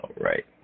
right